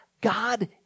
God